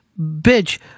bitch